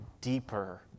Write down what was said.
deeper